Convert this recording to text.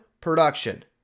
production